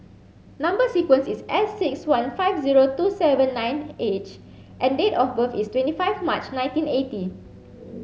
number sequence is S six one five two seven nine H and date of birth is twenty five March nineteen eighty